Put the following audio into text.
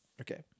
Okay